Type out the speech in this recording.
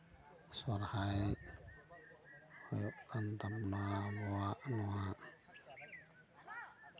ᱥᱚᱨᱦᱟᱭ ᱦᱩᱭᱩᱜ ᱠᱟᱱ ᱛᱟᱵᱳᱱᱟ ᱟᱵᱚᱱᱟᱜ ᱱᱚᱣᱟ